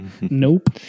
Nope